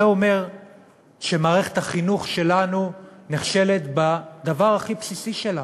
זה אומר שמערכת החינוך שלנו נכשלת בדבר הכי בסיסי שלה,